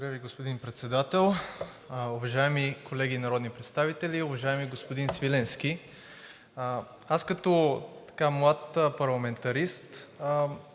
Ви, господин Председател. Уважаеми колеги народни представители! Уважаеми господин Свиленски, аз като млад парламентарист